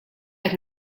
qed